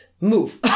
move